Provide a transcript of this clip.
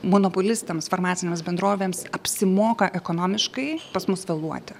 monopolistams farmacinėms bendrovėms apsimoka ekonomiškai pas mus vėluoti